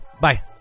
Bye